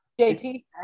JT